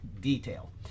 detail